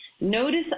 Notice